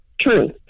True